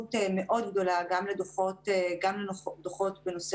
חשיבות מאוד גדולה גם בנושא דוחות בנושא